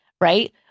right